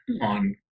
on